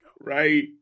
Right